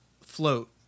float